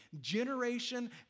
Generation